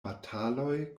bataloj